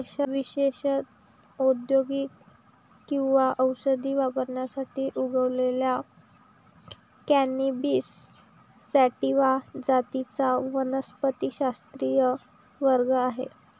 विशेषत औद्योगिक किंवा औषधी वापरासाठी उगवलेल्या कॅनॅबिस सॅटिवा जातींचा वनस्पतिशास्त्रीय वर्ग आहे